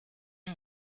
ihm